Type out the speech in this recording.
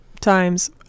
Times